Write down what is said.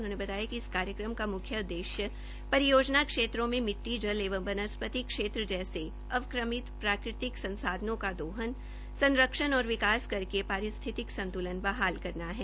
उन्होंने बताया कि इस कार्यक्रम का मुख्य उददेश्य परियोजना क्षेत्रों में मिट्टी जल एवं वनस्पति क्षेत्र जैसे अवक्रमित प्राकृतिक संसाधनों का दोहन संरक्षण और विकास करके पारिसिथतिक संतुलन बहाल करना है